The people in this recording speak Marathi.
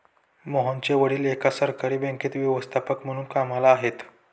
मोहनचे वडील एका सहकारी बँकेत व्यवस्थापक म्हणून कामला आहेत